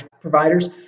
providers